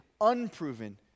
unproven